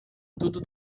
tudo